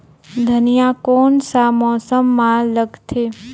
धनिया कोन सा मौसम मां लगथे?